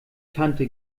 tante